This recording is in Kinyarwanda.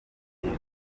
hino